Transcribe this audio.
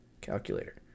calculator